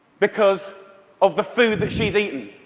because of the food that she's eaten.